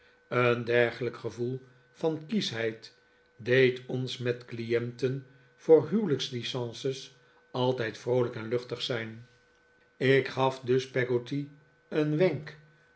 een dergelijk gevoel van kieschheid deed ons met clienten voor huwelijkslicences altijd vroolijk en luchtig zijn ik gaf dus peggotty een wenk